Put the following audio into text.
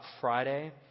Friday